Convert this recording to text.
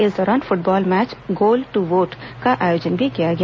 इस दौरान football match goal to vote का आयोजन किया गया